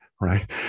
Right